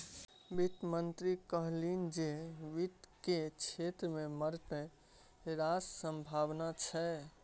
वित्त मंत्री कहलनि जे वित्त केर क्षेत्र मे मारिते रास संभाबना छै